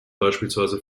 beispielsweise